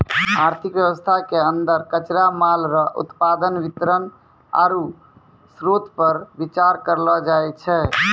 आर्थिक वेवस्था के अन्दर कच्चा माल रो उत्पादन वितरण आरु श्रोतपर बिचार करलो जाय छै